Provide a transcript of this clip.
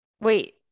Wait